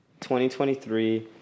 2023